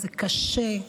זה קשה.